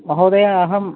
महोदयः अहं